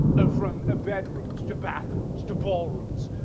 ah. from ah bedrooms, to bathrooms, to ballrooms.